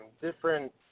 different